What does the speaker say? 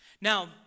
Now